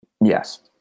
Yes